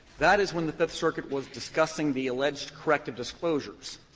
that is when the fifth circuit was discussing the alleged corrective disclosures.